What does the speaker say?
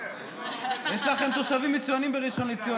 יש לכם תושבים מצוינים בראשון לציון.